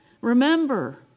Remember